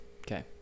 Okay